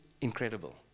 incredible